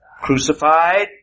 Crucified